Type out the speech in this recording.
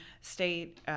state